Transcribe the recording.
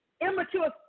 Immature